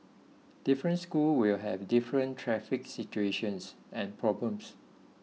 different schools will have different traffic situations and problems